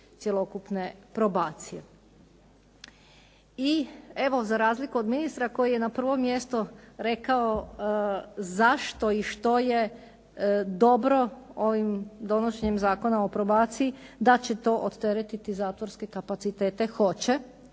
cjelokupne probacije. I evo za razliku od ministra koji je na prvom mjestu rekao zašto i što je dobro ovim donošenjem Zakona o probaciji da će to odteretiti zatvorske kapacitete. Hoće